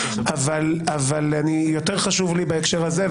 אבל אני יותר חשוב לי בהקשר הזה,